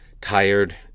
tired